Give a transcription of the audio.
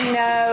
no